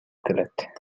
келет